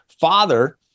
father